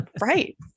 right